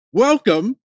Welcome